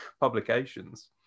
publications